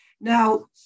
Now